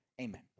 Amen